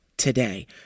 Today